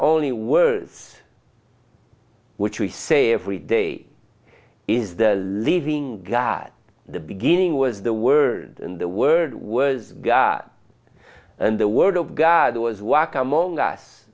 only words which we say every day is the living god the beginning was the word and the word was god and the word of god was walk among us